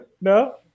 No